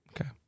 Okay